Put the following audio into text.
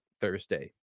Thursday